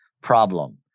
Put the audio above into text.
problem